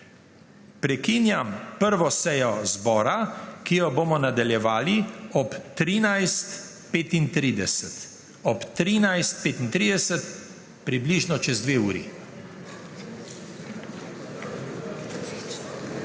Prekinjam 1. sejo zbora, ki jo bomo nadaljevali ob ob 13.35, približno čez dve uri.